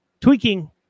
Tweaking